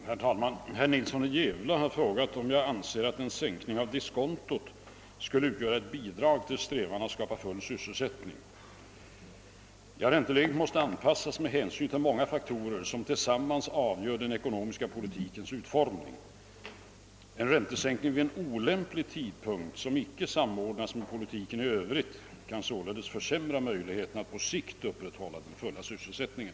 Herr talman! Herr Nilsson i Gävle har frågat mig om jag anser att en sänkning av diskontot skulle utgöra ett bidrag till strävan att skapa full sysselsättning. Ränteläget måste anpassas med hänsyn till många faktorer, som tillsammans avgör den ekonomiska politikens utformning. En räntesänkning vid olämplig tidpunkt, som inte samordnas med politiken i övrigt, kan sålunda försämra möjligheterna att på sikt upprätthålla den fulla sysselsättningen.